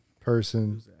person